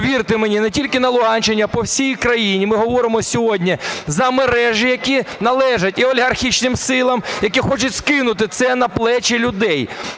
повірте мені, не тільки на Луганщині, а по всій країні. Ми говоримо сьогодні за мережі, які належать і олігархічним силам, які хочуть скинути це на плечі людей.